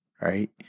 right